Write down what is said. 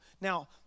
Now